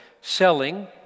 selling